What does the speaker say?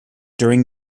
during